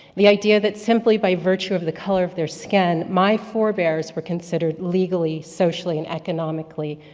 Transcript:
the idea that simply by virtue of the color of their skin, my fore-bearers were considered legally, socially, and economically,